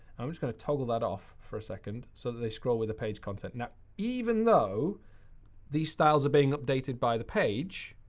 i'm just going to toggle that off for a second. so that they scroll with the page content. now even though these styles are being updated by the page